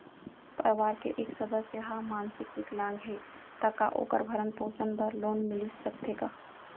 परवार के एक सदस्य हा मानसिक विकलांग हे त का वोकर भरण पोषण बर लोन मिलिस सकथे का?